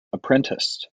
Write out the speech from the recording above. apprenticed